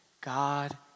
God